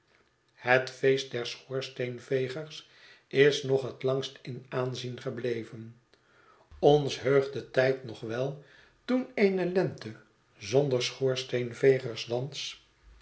het feest der schoorsteenvegers is nog het langst in aanzien gebleven ons heugt de tijd nog wel toen eene lente zonder schoorsteenvegersdans